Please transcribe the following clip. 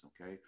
okay